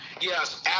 Yes